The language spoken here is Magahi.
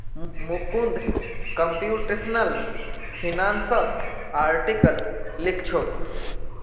मुकुंद कंप्यूटेशनल फिनांसत आर्टिकल लिखछोक